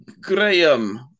Graham